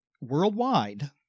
worldwide